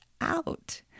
out